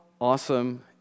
awesome